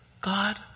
God